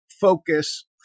focus